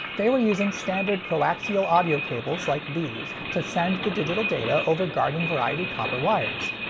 they were using standard coaxial audio cables like these to send the digital data over garden variety copper wires.